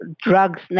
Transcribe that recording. drugs